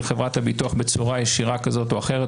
חברת הביטוח בצורה ישירה כזאת או אחרת,